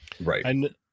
right